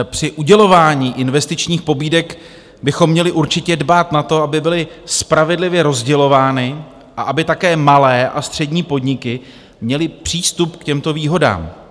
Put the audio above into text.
Při udělování investičních pobídek bychom měli určitě dbát na to, aby byly spravedlivě rozdělovány a aby také malé a střední podniky měly přístup k těmto výhodám.